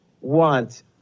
want